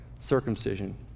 circumcision